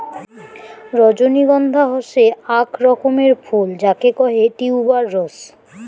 রজনীগন্ধা হসে আক রকমের ফুল যাকে কহে টিউবার রোস